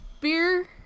beer